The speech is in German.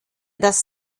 das